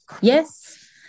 yes